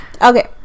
Okay